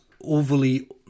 overly